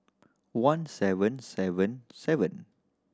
one seven seven seven